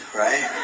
right